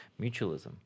mutualism